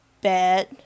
bad